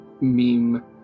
meme